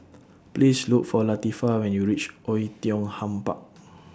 Please Look For Latifah when YOU REACH Oei Tiong Ham Park